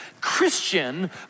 Christian